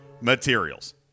materials